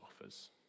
offers